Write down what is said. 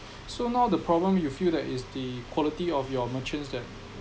so now the problem you feel that is the quality of your merchants that